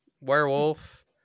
Werewolf